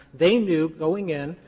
they knew, going in,